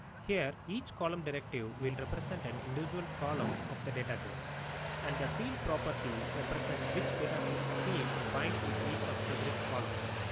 here each column directive will represent an individual column of the data grid and the field property represent which data source field point with each of the grid columns.